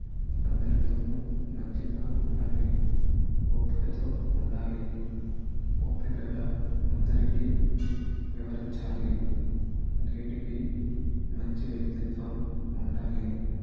అందరితోనూ మంచిగా ఉండాలి ఓపికతో ఉండాలి ఓపికగా అందరికీ వివరించాలి గైడ్కి మంచి వ్యక్తిత్వం ఉండాలి